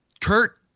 Kurt